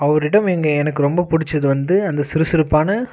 அவரிடம் எங்கள் எனக்கு ரொம்ப பிடிச்சது வந்து அந்த சுறுசுறுப்பான